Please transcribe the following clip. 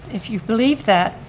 if you believe that,